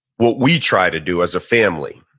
what we try to do as a family,